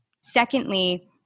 Secondly